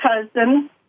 cousin